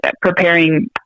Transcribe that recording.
preparing